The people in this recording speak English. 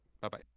Bye-bye